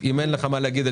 מה הוא החלק הזה?